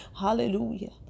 Hallelujah